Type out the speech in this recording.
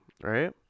Right